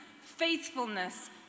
faithfulness